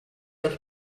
das